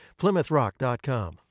PlymouthRock.com